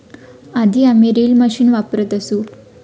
आधी आम्ही reel machine वापरत असू